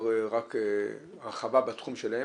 והרבה יותר מכך,